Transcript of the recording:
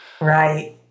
Right